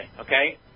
okay